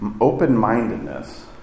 Open-mindedness